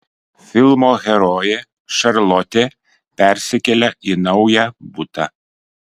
filmo herojė šarlotė persikelia į naują butą